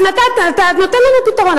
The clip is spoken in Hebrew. אז אתה נותן לנו פתרון.